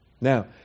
Now